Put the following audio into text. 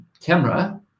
camera